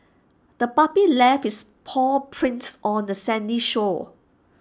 the puppy left its paw prints on the sandy shore